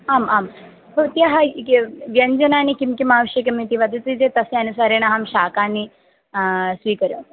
आम् आम् भवत्याः व्यञ्जनानि किं किम् आवश्यकम् इति वदति चेत् तस्य अनुसरेण अहं शाकानि स्वीकरोमि